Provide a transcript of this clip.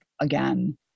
again